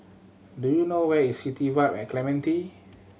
do you know where is City Vibe at Clementi